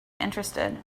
interested